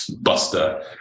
buster